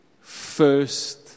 first